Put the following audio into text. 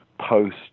post